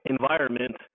Environment